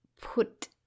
put